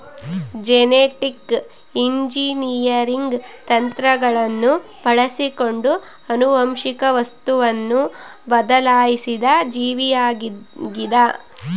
genetic engineering ತಂತ್ರಗಳನ್ನು ಬಳಸಿಕೊಂಡು ಆನುವಂಶಿಕ ವಸ್ತುವನ್ನು ಬದಲಾಯಿಸಿದ ಜೀವಿಯಾಗಿದ